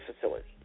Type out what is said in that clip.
facility